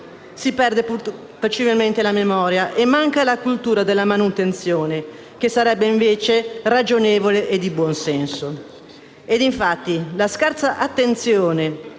si perde facilmente la memoria e manca la cultura della manutenzione che sarebbe, invece, ragionevole e di buon senso.